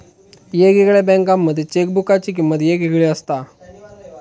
येगयेगळ्या बँकांमध्ये चेकबुकाची किमंत येगयेगळी असता